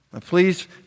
Please